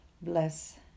bless